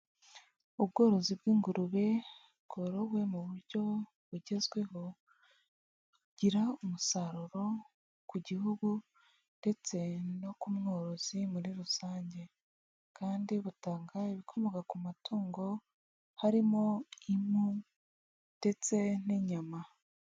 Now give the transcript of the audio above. Ubworozi bw'ingurube bworowe mu buryo bugezweho bugira umusaruro ku gihugu ndetse no ku mworozi muri rusange kandi butanga ibikomoka ku matungo harimo impu ndetse n'inyama.